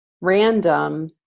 random